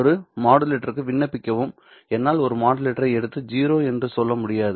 ஒரு மாடுலேட்டருக்கு விண்ணப்பிக்கவும் என்னால் ஒரு மாடுலேட்டரை எடுத்து 0 என்று சொல்ல முடியாது